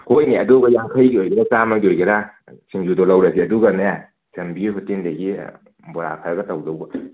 ꯍꯣꯏꯅꯦ ꯑꯗꯨꯕꯣ ꯌꯥꯡꯈꯩꯒꯤ ꯑꯣꯏꯒꯦꯔꯥ ꯆꯥꯝꯃꯒꯤ ꯑꯣꯏꯒꯦꯔꯥ ꯁꯤꯡꯖꯨꯗꯣ ꯂꯧꯔꯁꯦ ꯑꯗꯨꯒꯅꯦ ꯆꯝꯕꯤ ꯍꯣꯇꯦꯟꯗꯒꯤ ꯕꯣꯔꯥ ꯈꯔꯒ ꯇꯧꯗꯧꯕ